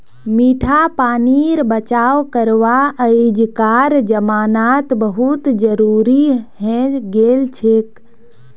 मीठा पानीर बचाव करवा अइजकार जमानात बहुत जरूरी हैं गेलछेक